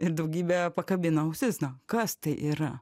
ir daugybę pakabina ausis na kas tai yra